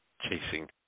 chasing